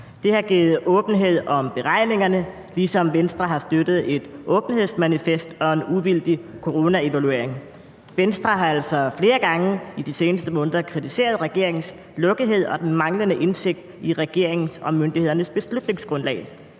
Det har givet åbenhed om beregningerne, og Venstre har ligeledes støttet et åbenhedsmanifest og en uvildig coronaevaluering. Venstre har altså flere gange i de seneste måneder kritiseret regeringens lukkethed og den manglende indsigt i regeringens og myndighedernes beslutningsgrundlag.